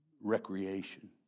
recreation